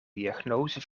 diagnose